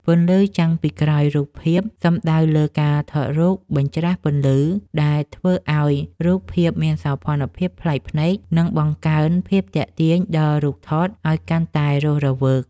ពន្លឺចាំងពីក្រោយរូបភាពសំដៅលើការថតរូបបញ្រ្ចាស់ពន្លឺ ដែលធ្វើឱ្យរូបភាពមានសោភ័ណភាពប្លែកភ្នែក និង បង្កើនភាពទាក់ទាញដល់រូបថតឱ្យកាន់តែរស់រវើក